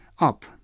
up